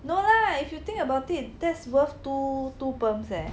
no lah if you think about it that's worth two two perms eh